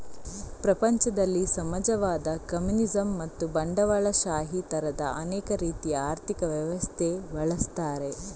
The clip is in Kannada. ಪ್ರಪಂಚದಲ್ಲಿ ಸಮಾಜವಾದ, ಕಮ್ಯುನಿಸಂ ಮತ್ತು ಬಂಡವಾಳಶಾಹಿ ತರದ ಅನೇಕ ರೀತಿಯ ಆರ್ಥಿಕ ವ್ಯವಸ್ಥೆ ಬಳಸ್ತಾರೆ